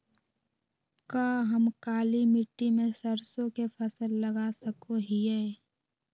का हम काली मिट्टी में सरसों के फसल लगा सको हीयय?